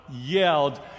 yelled